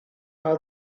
are